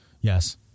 Yes